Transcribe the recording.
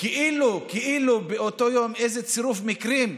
כאילו באותו יום, איזה צירוף מקרים,